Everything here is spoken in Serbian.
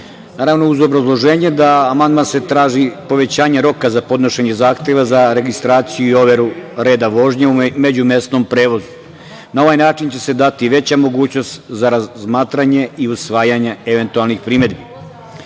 naravno, uz obrazloženje da amandman traži povećanje roka za podnošenje zahteva za registraciju i overu reda vožnje u međumesnom prevozu. Na ovaj način će se dati veća mogućnost za razmatranje i usvajanje eventualnih primedbi. Što